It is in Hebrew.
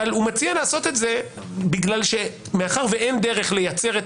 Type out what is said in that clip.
אבל הוא מציע לעשות את זה מאחר שאין דרך לייצר את